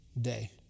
day